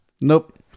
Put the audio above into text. Nope